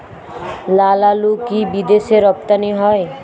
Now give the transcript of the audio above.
লালআলু কি বিদেশে রপ্তানি হয়?